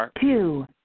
two